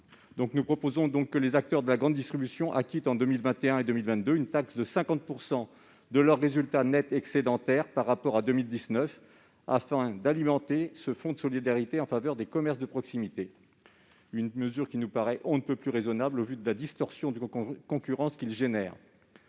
Nous proposons que les acteurs de la grande distribution acquittent en 2021 et 2022 une taxe de 50 % de leurs résultats nets excédentaires par rapport à 2019, afin d'alimenter le fonds de solidarité dont j'ai parlé en faveur des commerces de proximité. Cette mesure nous paraît on ne peut plus raisonnable au vu de la distorsion de concurrence qu'ils